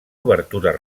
obertures